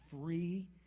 free